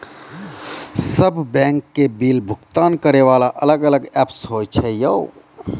सब बैंक के बिल भुगतान करे वाला अलग अलग ऐप्स होय छै यो?